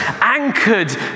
anchored